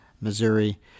Missouri